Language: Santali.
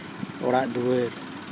ᱚᱲᱟᱜ ᱫᱩᱣᱟᱹᱨ